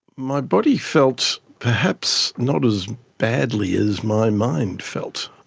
my body felt perhaps not as badly as my mind felt.